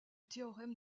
théorème